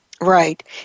Right